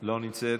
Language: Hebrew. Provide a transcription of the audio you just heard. לא נמצאת,